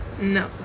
No